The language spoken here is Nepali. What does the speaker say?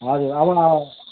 हजुर अब